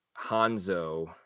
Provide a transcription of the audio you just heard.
Hanzo